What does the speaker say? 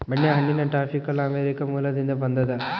ಬೆಣ್ಣೆಹಣ್ಣಿನ tropical America ಮೂಲದಿಂದ ಬಂದದ